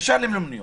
וישר למלוניות.